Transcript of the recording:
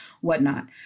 whatnot